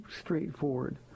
straightforward